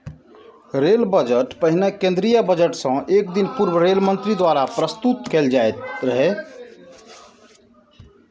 rail budget पहिने केंद्रीय budget सं एक दिन पूर्व रेल मंत्री द्वारा प्रस्तुत कैल जाइत रहै